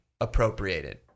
appropriated